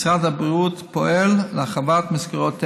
משרד הבריאות פועל להרחבת מסגרות אלו.